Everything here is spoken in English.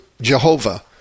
Jehovah